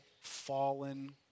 fallen